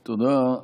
תודה.